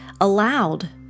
allowed